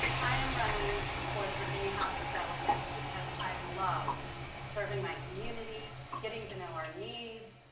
i am running for the virginia house of delegates because i love serving my community, getting to know our needs,